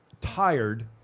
tired